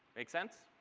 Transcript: make sense?